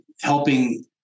helping